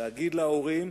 להגיד להורים: